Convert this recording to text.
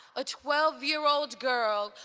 a twelve year old girl,